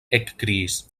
ekkriis